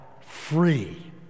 free